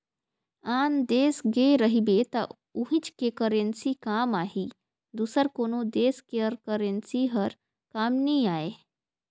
आन देस गे रहिबे त उहींच के करेंसी काम आही दूसर कोनो देस कर करेंसी हर काम नी आए